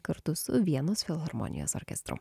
kartu su vienos filharmonijos orkestru